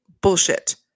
bullshit